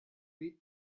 beat